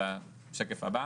בשקף הבא